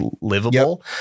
livable